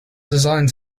designed